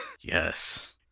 Yes